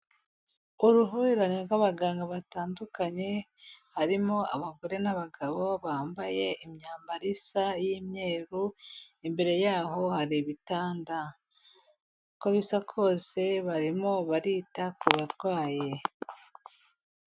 Uruhurirane rw'abaganga batandukanye, harimo abagore n'abagabo bambaye imyambaro isa y'imyeru, imbere yaho hari ibitanda, uko bisa kose barimo barita ku barwayi.